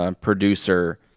producer